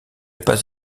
pas